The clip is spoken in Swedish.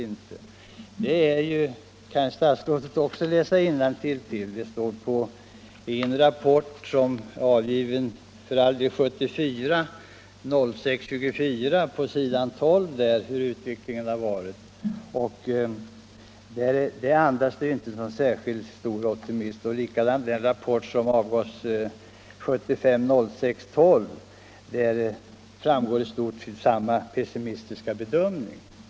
Också statsrådet kan finna att det är som jag sagt om han läser innantill — det står på s. 12 i den rapport, som för all del är avgiven redan 1974, närmare bestämt den 24 juni — hurudan utvecklingen har varit. Den andas inte någon optimism. Likadant är det beträffande den rapport som avgavs den 12 juni 1975: den har i stort gew samma pessimistiska bedömning.